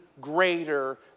greater